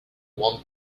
want